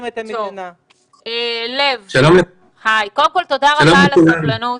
בבקשה, תודה רבה על הסבלנות,